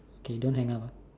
okay don't hang up ah